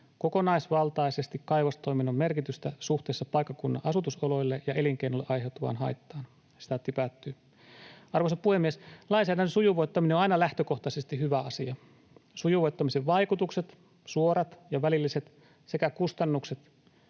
kokonaisvaltaisesti kaivostoiminnan merkitystä suhteessa paikkakunnan asutusoloille ja elinkeinoille aiheutuvaan haittaan.” Arvoisa puhemies! Lainsäädännön sujuvoittaminen on aina lähtökohtaisesti hyvä asia. Sujuvoittamisen vaikutuksia, suoria ja välillisiä, sekä kustannuksia